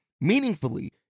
meaningfully